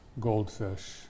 goldfish